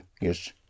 yes